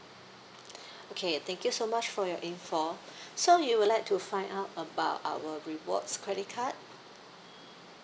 okay thank you so much for your information so you would like to find out about our rewards credit card